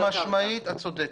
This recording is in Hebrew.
חד משמעית את צודקת.